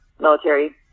military